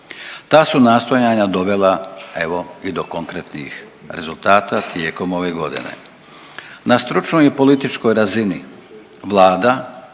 Ta su nastojanja dovela evo i do konkretnih rezultata tijekom ove godine. Na stručnoj i političkoj razini vlada,